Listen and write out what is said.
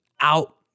out